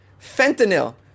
fentanyl